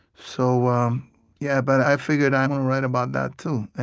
so um yeah but i figured, i'm gonna write about that too.